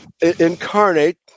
incarnate